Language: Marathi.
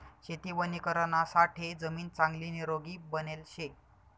शेती वणीकरणासाठे जमीन चांगली निरोगी बनेल शे